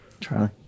Charlie